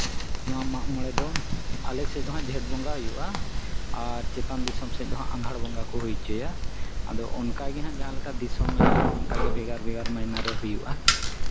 ᱱᱚᱣᱟ ᱢᱟᱜ ᱢᱚᱬᱮ ᱫᱚ ᱟᱞᱮ ᱥᱮᱫ ᱦᱚᱸ ᱡᱷᱮᱸᱴ ᱵᱚᱸᱜᱟ ᱦᱩᱭᱩᱜᱼᱟ ᱟᱨ ᱪᱮᱛᱟᱱ ᱫᱤᱥᱚᱢ ᱥᱮᱫ ᱫᱚ ᱟᱸᱜᱷᱟᱲ ᱵᱚᱸᱜᱟ ᱠᱚ ᱦᱩᱭ ᱦᱚᱪᱚᱭᱟ ᱟᱫᱚ ᱚᱱᱠᱟ ᱜᱮ ᱦᱟᱸᱜ ᱡᱟᱦᱟᱸ ᱞᱮᱠᱟ ᱫᱤᱥᱚᱢ ᱢᱮᱱᱟᱜᱼᱟ ᱚᱱᱠᱟᱜᱮ ᱵᱷᱮᱜᱟᱨ ᱵᱷᱮᱜᱟᱨ ᱢᱟᱹᱦᱱᱟᱹ ᱨᱮ ᱦᱩᱭᱩᱜᱼᱟ